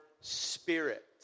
spirit